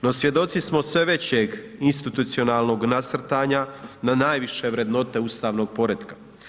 No svjedoci smo sve većeg institucionalnog nasrtanja na najviše vrednote ustavnog poretka.